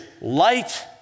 light